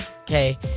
Okay